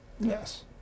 yes